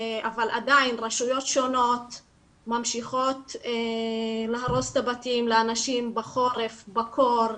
אבל עדיין רשויות שונות ממשיכות להרוס את הבתים לאנשים בחורף בקור,